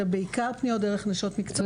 אלא בעיקר דרך אנשי מקצוע.